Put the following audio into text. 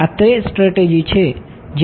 આ તે સ્ટ્રેટેજી છે જે આપણે ફોલો કરીશું